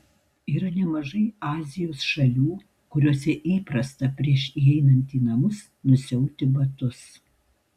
yra nemažai azijos šalių kuriose įprasta prieš įeinant į namus nusiauti batus